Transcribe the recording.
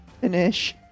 finish